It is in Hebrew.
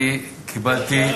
אני קיבלתי,